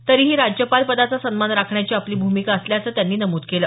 तरीही राज्यपाल पदाचा सन्मान राखण्याची आपली भूमिका असल्याचं त्यांनी नमुद केलं